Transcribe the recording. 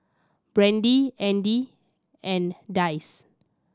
Brandie Andy and Dicie